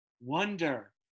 Wonder